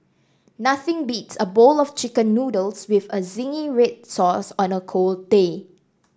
nothing beats a bowl of chicken noodles with a zingy red sauce on a cold day